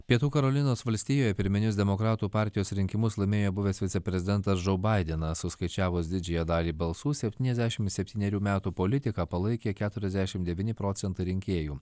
pietų karolinos valstijoje pirminius demokratų partijos rinkimus laimėjo buvęs viceprezidentas džou baidenas suskaičiavus didžiąją dalį balsų septyniasdešim septynerių metų politiką palaikė keturiasdešim devyni procentų rinkėjų